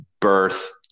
birth